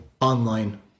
online